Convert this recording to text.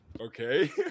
Okay